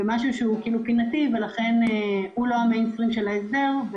מדובר במשהו פינתי שהוא לא המיינסטרים של ההסדר,